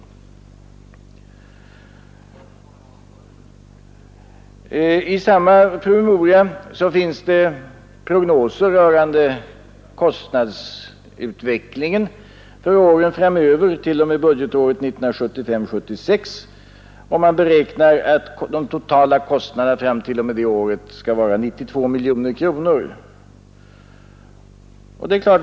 I samma promemoria finns det prognoser rörande kostnadsutvecklingen för åren framöver t.o.m. budgetåret 1975/76. De totala kostnaderna fram t.o.m. det året beräknas bli 92 miljoner kronor.